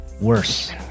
worse